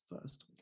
first